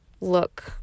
look